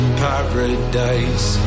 paradise